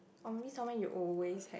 or maybe somewhere you always hang